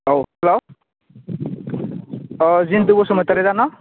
औ हेल्ल' अ जिन्तु बसुमतारि ना